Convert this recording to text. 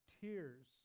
tears